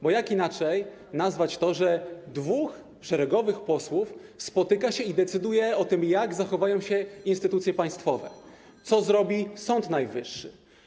Bo jak inaczej nazwać to, że dwóch szeregowych posłów spotyka się i decyduje o tym, jak zachowają się instytucje państwowe, co zrobi Sąd Najwyższy?